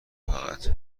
فقط